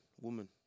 woman